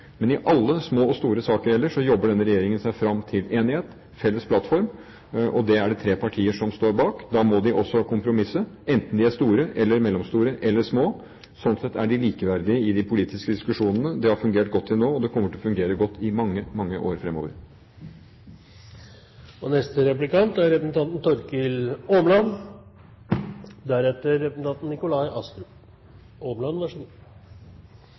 Men i alle små og store saker ellers jobber denne regjeringen seg fram til enighet, en felles plattform, og det er det tre partier som står bak. Da må de også kompromisse, enten de er store eller mellomstore eller små. Sånn sett er de likeverdige i de politiske diskusjonene. Det har fungert godt til nå, og det kommer til å fungere godt i mange, mange år